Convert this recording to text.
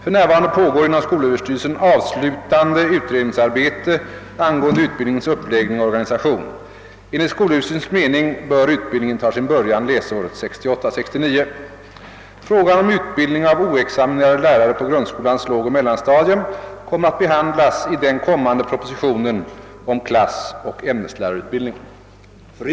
För närvarande pågår inom skolöverstyrelsen avslutande utredningsarbete angående utbildningens uppläggning och organisation. Enligt skolöverstyrelsens mening bör utbildningen ta sin början läsåret 1968/69. Frågan om utbildning av oexaminerade lärare på grundskolans lågoch mellanstadium kommer att behandlas i